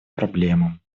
проблемам